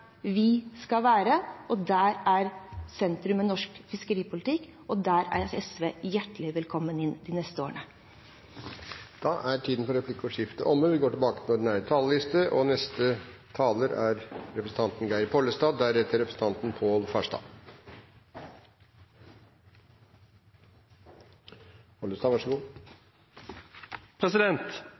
vi skal være, og der er sentrum i norsk fiskeripolitikk. Der er SV hjertelig velkommen inn de neste årene. Replikkordskiftet er